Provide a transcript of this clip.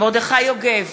מרדכי יוגב,